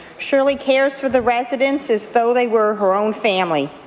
shirley cares for the residents as though they were her own family.